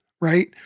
right